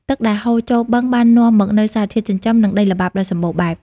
ទឹកដែលហូរចូលបឹងបាននាំមកនូវសារធាតុចិញ្ចឹម និងដីល្បាប់ដ៏សម្បូរបែប។